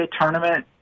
tournament –